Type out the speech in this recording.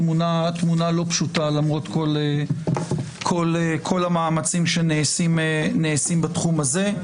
תמונה לא פשוטה למרות כל המאמצים שנעשים בתחום הזה.